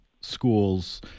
schools